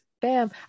Bam